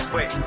Wait